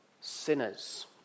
sinners